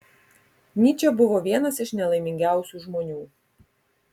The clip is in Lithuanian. nyčė buvo vienas iš nelaimingiausių žmonių